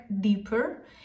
deeper